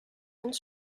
tant